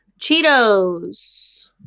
Cheetos